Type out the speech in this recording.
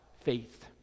faith